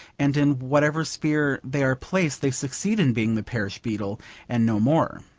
and in whatever sphere they are placed they succeed in being the parish beadle and no more.